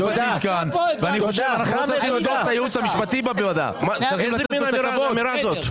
אני חושב שאנחנו --- איזה מין אמירה זאת?